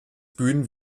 bühnen